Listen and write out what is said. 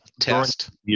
test